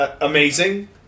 amazing